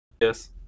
Yes